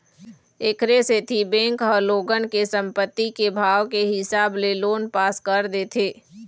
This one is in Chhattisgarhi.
एखरे सेती बेंक ह लोगन के संपत्ति के भाव के हिसाब ले लोन पास कर देथे